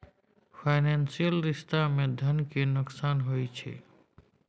financial रिश्ता मे धन केर नोकसान होइ छै